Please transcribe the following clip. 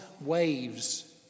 waves